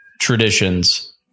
traditions